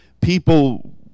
people